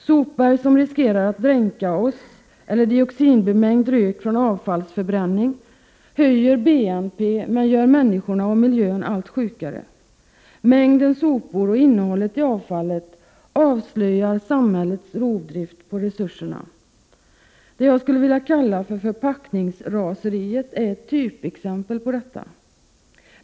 Sopmassor som riskerar att dränka oss eller dioxinbemängd rök från avfallsförbränning höjer BNP, men gör människor och miljö allt sjukare. Mängden sopor och innehållet i avfallet avslöjar samhällets rovdrift på resurserna. Vad jag skulle vilja kalla förpackningsraseriet är ett typexempel på detta.